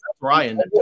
Brian